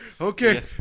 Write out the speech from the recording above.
Okay